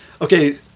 okay